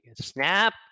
snap